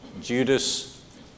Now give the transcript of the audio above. Judas